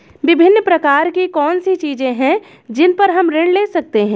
विभिन्न प्रकार की कौन सी चीजें हैं जिन पर हम ऋण ले सकते हैं?